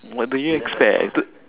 what do you expected